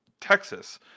Texas